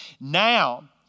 Now